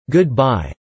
Goodbye